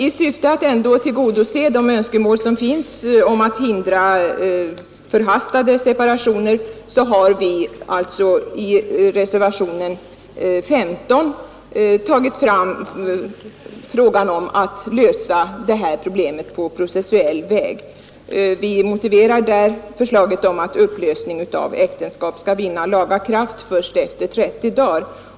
I syfte att ändå tillgodose de önskemål som finns om att hindra förhastade separationer har vi i reservationen 15 tagit fram frågan om att lösa problemet på processuell väg. Vi motiverar där förslaget om att upplösning av äktenskap skall vinna laga kraft först efter 30 dagar.